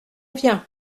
vient